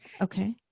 Okay